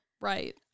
Right